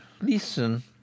Listen